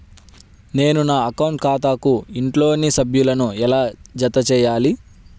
నేను నా అకౌంట్ ఖాతాకు ఇంట్లోని సభ్యులను ఎలా జతచేయాలి?